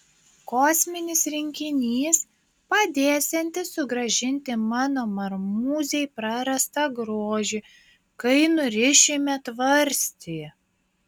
kosminis rinkinys padėsiantis sugrąžinti mano marmūzei prarastą grožį kai nurišime tvarstį